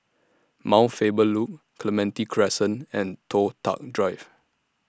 Mount Faber Loop Clementi Crescent and Toh Tuck Drive